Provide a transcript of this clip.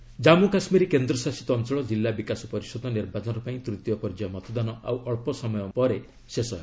କେକେ polling Jammu Kashmir କେନ୍ଦ୍ରଶାସିତ ଅଞ୍ଚଳ କିଲ୍ଲା ବିକାଶ ପରିଷଦ ନିର୍ବାଚନ ପାଇଁ ତୃତୀୟ ପର୍ଯ୍ୟାୟ ମତଦାନ ଆଉ ଅଳ୍ପ ସମୟ ପରେ ଶେଷ ହେବ